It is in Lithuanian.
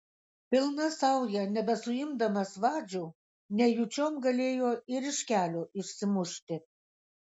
pilna sauja nebesuimdamas vadžių nejučiom galėjo ir iš kelio išsimušti